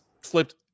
flipped